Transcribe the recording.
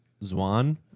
Zwan